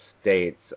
States